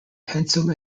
pencil